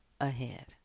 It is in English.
Ahead